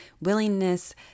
willingness